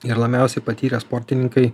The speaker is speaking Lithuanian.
ir labiausiai patyrę sportininkai